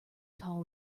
tall